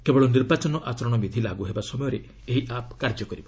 କେବଳ ନିର୍ବାଚନ ଆଚରଣ ବିଧି ଲାଗୁ ହେବା ସମୟରେ ଏହି ଆପ୍ କାର୍ଯ୍ୟ କରିବ